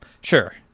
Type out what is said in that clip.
Sure